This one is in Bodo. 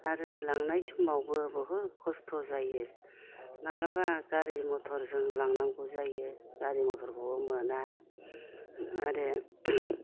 आरो लांनाय समावबो बुहुद खस्थ' जायो माब्लाबा गारि मथरजों लांनांगौ जायो गारि मथरखौबो मोना आरो